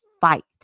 fight